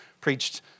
preached